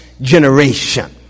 generation